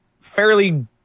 fairly